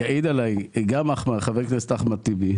יעיד עליי גם חבר הכנסת אחמד טיבי,